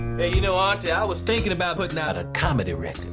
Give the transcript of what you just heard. you know auntie, i was thinking about putting out a comedy record.